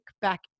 back